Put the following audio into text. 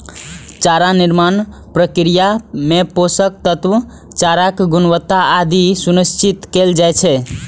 चारा निर्माण प्रक्रिया मे पोषक तत्व, चाराक गुणवत्ता आदि सुनिश्चित कैल जाइ छै